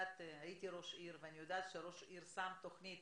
הייתי ראש עיר ואני יודעת שכשראש עיר שם תוכנית